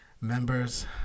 Members